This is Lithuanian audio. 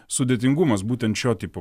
sudėtingumas būtent šio tipo